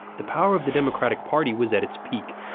the power of the democratic party was at its peak.